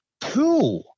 two